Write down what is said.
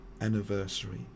Anniversary